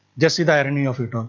just see the irony of it um